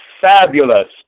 fabulous